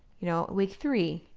you know, week three,